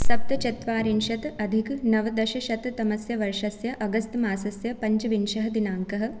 सप्तचत्वारिंशत् अधिकनवदशशततमस्य वर्षस्य अगस्त् मासस्य पञ्चविंशः दिनाङ्कः